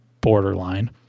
borderline